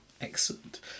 Excellent